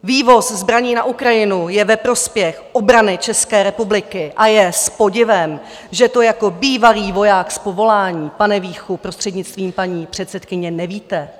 Vývoz zbraní na Ukrajinu je ve prospěch obrany České republiky a je s podivem, že to jako bývalý voják z povolání, pane Víchu, prostřednictvím paní předsedkyně, nevíte!